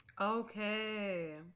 Okay